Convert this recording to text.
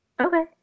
Okay